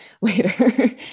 later